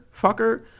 fucker